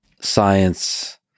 science